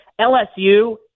LSU